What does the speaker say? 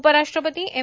उपराष्ट्रपती एम